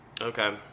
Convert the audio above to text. Okay